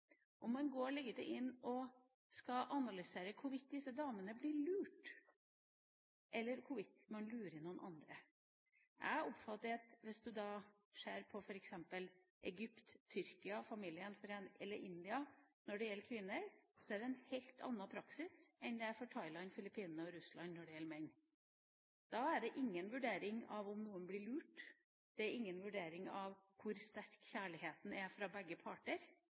går inn og analyserer hvorvidt disse damene blir lurt, eller hvorvidt man lurer noen andre. Jeg oppfatter at hvis du f.eks. ser på familiegjenforening fra Egypt, Tyrkia eller India når det gjelder kvinner, er det en helt annen praksis enn når det gjelder menn for Thailand, Filippinene og Russland. Da er det ingen vurdering av om noen blir lurt. Det er ingen vurdering av hvor sterk kjærligheten er fra begge parter.